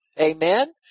Amen